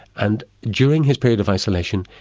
and during his period of isolation,